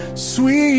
Sweet